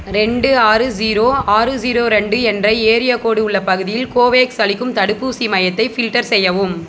ரெண்டு ஆறு ஜீரோ ஆறு ஜீரோ ரெண்டு என்ற ஏரியா கோட் உள்ள பகுதியில் கோவேக்ஸ் அளிக்கும் தடுப்பூசி மையத்தை ஃபில்டர் செய்யவும்